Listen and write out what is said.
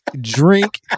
drink